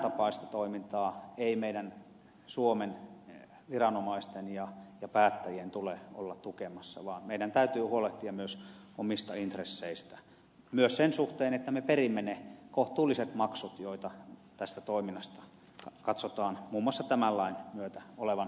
tämäntapaista toimintaa ei meidän suomen viranomaisten ja päättäjien tule olla tukemassa vaan meidän täytyy huolehtia myös omista intresseistämme myös sen suhteen että me perimme ne kohtuulliset maksut joita tästä toiminnasta katsotaan muun muassa tämän lain myötä olevan oikeutettua periä